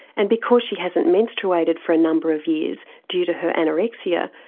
and because she hasn't menstruated for a number of years, due to her anorexia,